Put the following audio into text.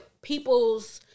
people's